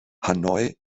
hanoi